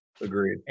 Agreed